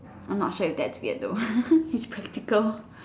I am not sure if that's weird though its practical